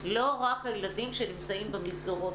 לא רק הילדים שנמצאים במסגרות,